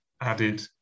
added